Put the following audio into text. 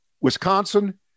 Wisconsin